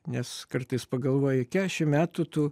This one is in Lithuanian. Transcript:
nes kartais pagalvoji kešim metų tu